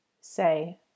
say